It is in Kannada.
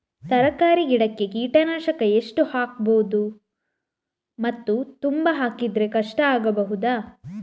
ತರಕಾರಿ ಗಿಡಕ್ಕೆ ಕೀಟನಾಶಕ ಎಷ್ಟು ಹಾಕ್ಬೋದು ಮತ್ತು ತುಂಬಾ ಹಾಕಿದ್ರೆ ಕಷ್ಟ ಆಗಬಹುದ?